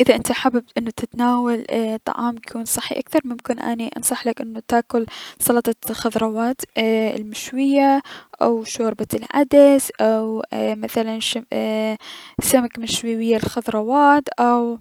اذا انت حابب تتناول طعام يكون صحي اكثر ممكن اني انصحلك انو تاكل سلطة خضروات ايي- المشوية او شوربة العدس او اي مثلا سمك مشوي ويا الخضروات او